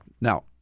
Now